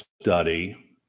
study